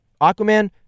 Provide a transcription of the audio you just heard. aquaman